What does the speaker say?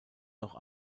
noch